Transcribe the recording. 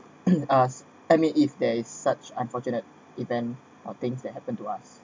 us I mean if there is such unfortunate event or things that happen to us